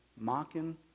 mocking